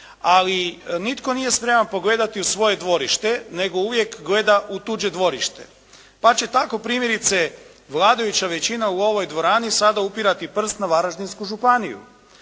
ali nitko nije spreman pogledati u svoje dvorište nego uvijek gleda u tuđe dvorište. Pa će tako primjerice vladajuća većina u ovoj dvorani sada upirati prst na Varaždinsku županiju,